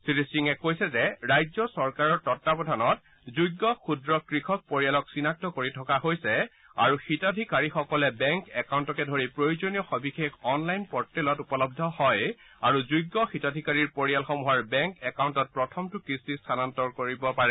শ্ৰী সিঙে কৈছে যে ৰাজ্য চৰকাৰৰ তত্তাৱধানত যোগ্য ক্ষুদ্ৰ কৃষক পৰিয়ালক চিনাক্ত কৰি থকা হৈছে আৰু হিতাধিকাৰীসকলে বেংক একাউণ্টকে ধৰি প্ৰয়োজনীয় সবিশেষ অনলাইন পৰ্টেলত উপলব্ধ হয় আৰু যোগ্য হিতাধিকাৰীৰ পৰিয়ালসমূহৰ বেংক একাউণ্টত প্ৰথমটো কিস্তি স্থানান্তৰ কৰিব পাৰে